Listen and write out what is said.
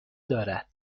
دارد